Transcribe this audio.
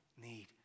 need